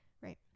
right